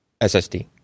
SSD